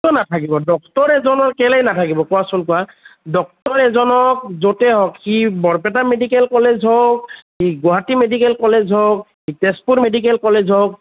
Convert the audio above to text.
কিয় নাথাকিব ডক্তৰ এজনৰ কেলেই নাথাকিব কোৱাচোন কোৱা ডক্তৰ এজনক য'তেই হওক সি বৰপেটা মেডিকেল কলেজ হওক সি গুৱাহাটী মেডিকেল কলেজ হওক সি তেজপুৰ মেডিকেল কলেজ হওক